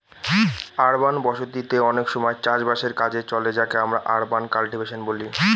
urban বসতি তে অনেক সময় চাষ বাসের কাজে চলে যাকে আমরা আরবান কাল্টিভেশন বলি